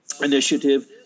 initiative